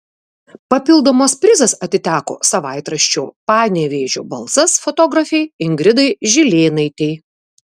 papildomas prizas atiteko savaitraščio panevėžio balsas fotografei ingridai žilėnaitei